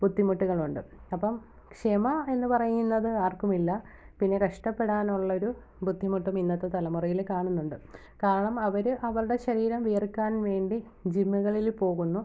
ബുദ്ധിമുട്ടുകളുണ്ട് അപ്പം ക്ഷമ എന്ന് പറയുന്നത് ആർക്കുമില്ല പിന്നെ കഷ്ടപ്പെടാനുള്ളൊരു ബുദ്ധിമുട്ടും ഇന്നത്തെ തലമുറയിൽ കാണുന്നുണ്ട് കാരണം അവര് അവരുടെ ശരീരം വിയർക്കാൻ വേണ്ടി ജിമ്മുകളിൽ പോകുന്നു